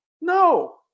no